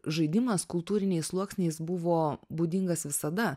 žaidimas kultūriniais sluoksniais buvo būdingas visada